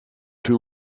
two